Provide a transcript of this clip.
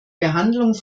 behandlung